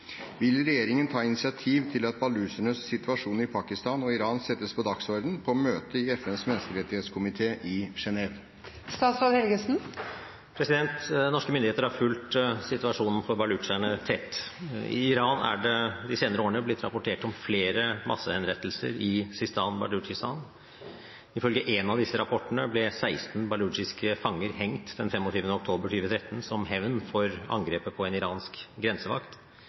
settes på dagsordenen på møte i FNs menneskerettighetskomité i Genève?» Norske myndigheter har fulgt situasjonen for balutsjerne tett. I Iran er det de senere årene blitt rapportert om flere massehenrettelser i Sistan og Balutsjistan. Ifølge en av disse rapportene ble 16 balutsjiske fanger hengt den 25. oktober 2013 som hevn for angrepet på en iransk grensevakt.